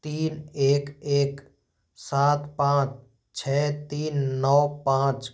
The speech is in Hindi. तीन एक एक सात पाँच छः तीन नौ पाँच